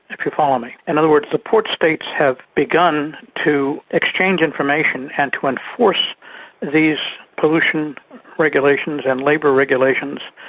if you follow me. in other words, the port states have begun to exchange information and to enforce these pollution regulations and labour regulations,